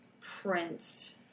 Prince